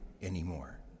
anymore